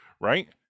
right